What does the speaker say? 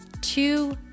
two